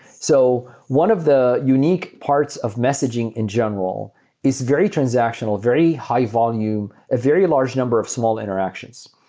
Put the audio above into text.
so one of the unique parts of messaging in general is very transactional, very high-volume, a very large number of small interactions.